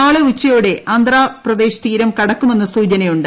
നാളെ ഉച്ചയോടെ ആന്ധ്രപ്രദേശ് തീരം കടക്കുമെന്ന് സൂചനയുണ്ട്